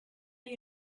you